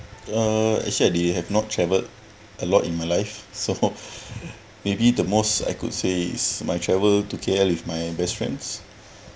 uh actually I did not travelled a lot in my life so maybe the most I could say is my travel to K_L with my best friends